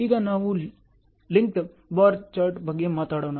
ಈಗ ನಾವು linked bar chart ಬಗ್ಗೆ ಮಾತನಾಡೋಣ